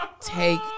Take